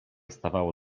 stawało